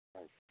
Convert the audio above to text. हाँ जी